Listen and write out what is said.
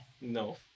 No